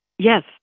Yes